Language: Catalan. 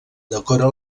decora